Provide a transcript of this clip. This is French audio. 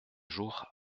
jours